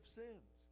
sins